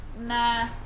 nah